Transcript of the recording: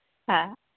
હા